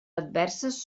adverses